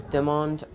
Demand